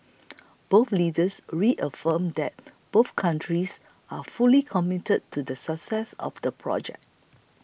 both leaders reaffirmed that both countries are fully committed to the success of the project